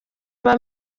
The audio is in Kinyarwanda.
aba